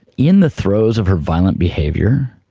in the throes of her violent behaviour,